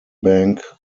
bank